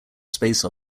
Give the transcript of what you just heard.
space